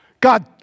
God